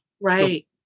right